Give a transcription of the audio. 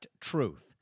Truth